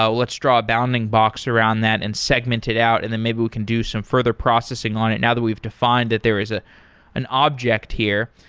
let's draw a bounding box around that and segment it out and then maybe we can do some further processing on it, now that we've defined that there is ah an object here.